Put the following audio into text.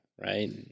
right